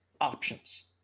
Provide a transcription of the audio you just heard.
options